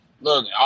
look